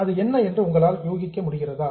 அது என்ன என்று உங்களால் யோசிக்க முடிகிறதா